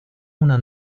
una